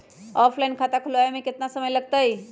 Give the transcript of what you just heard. Offline खाता खुलबाबे में केतना समय लगतई?